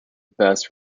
best